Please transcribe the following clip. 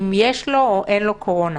אם יש לו או אין לו קורונה,